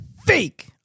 fake